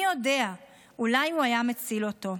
מי יודע, אולי הוא היה מציל אותו.